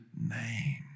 name